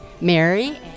Mary